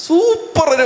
Super